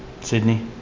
Sydney